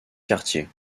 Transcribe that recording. cartier